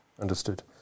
Understood